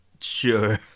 Sure